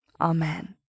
Amen